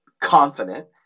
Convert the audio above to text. confident